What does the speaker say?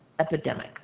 epidemic